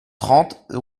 trente